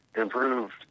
improved